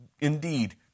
indeed